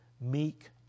meek